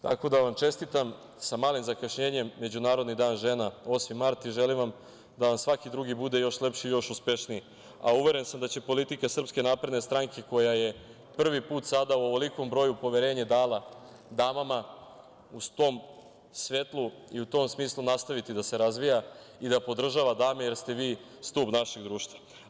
Tako da vam čestitam, sa malim zakašnjenjem, Međunarodni dan žena 8. mart i želim vam da vam svaki drugi bude još lepši i još uspešniji, a uveren sam da će politika SNS koja je prvi put sada u ovolikom broju poverenje dala damama, u tom svetlu i u tom smislu nastaviti da se razvija i da podržava dame, jer ste vi stub našeg društva.